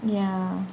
ya